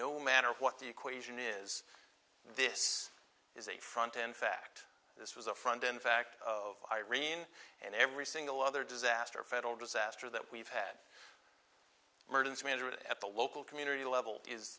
no matter what the equation is this is a front in fact this was a front in fact of irene and every single other disaster federal disaster that we've had at the local community level